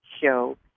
show